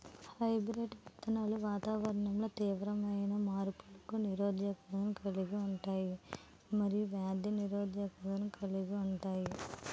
hybrid విత్తనాలు వాతావరణంలో తీవ్రమైన మార్పులకు నిరోధకతను కలిగి ఉంటాయి మరియు వ్యాధి నిరోధకతను కలిగి ఉంటాయి